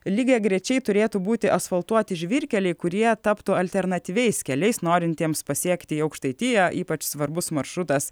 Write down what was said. lygiagrečiai turėtų būti asfaltuoti žvyrkeliai kurie taptų alternatyviais keliais norintiems pasiekti aukštaitiją ypač svarbus maršrutas